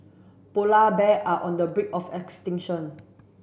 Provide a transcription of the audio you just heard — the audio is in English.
polar bear are on the brink of extinction